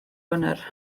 wener